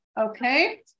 Okay